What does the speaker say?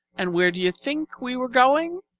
and where do you think we were going?